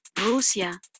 Rusia